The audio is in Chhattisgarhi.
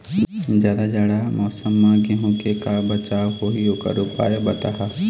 जादा जाड़ा मौसम म गेहूं के का बचाव होही ओकर उपाय बताहा?